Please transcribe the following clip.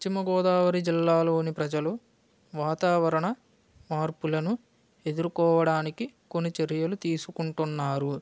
పశ్చిమ గోదావరి జిల్లాలోని ప్రజలు వాతావరణ మార్పులను ఎదుర్కోవడానికి కొన్ని చర్యలు తీసుకుంటున్నారు